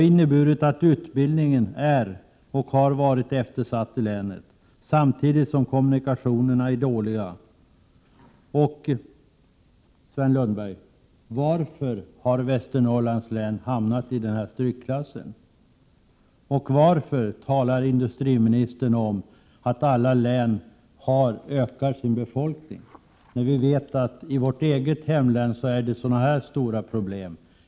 Utbildningen är därför, och har även varit, eftersatt i länet, samtidigt som kommunikationer 53 Prot. 1987/88:127 na där är dåliga. Varför, Sven Lundberg, är Västernorrlands län ett län i strykklass och varför talar industriministern om att befolkningen ökar i alla län? Vi vet ju att problemen är stora i t.ex. vårt eget län.